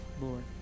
Lord